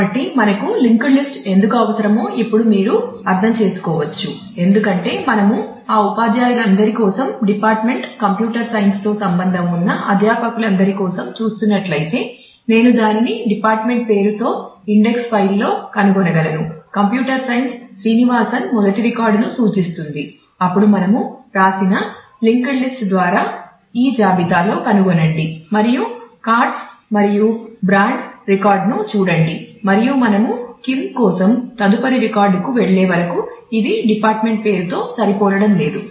కాబట్టి మనకు linked list కోసం తదుపరి రికార్డుకు వెళ్ళే వరకు ఇది డిపార్ట్మెంట్ పేరుతో సరిపోలడం లేదు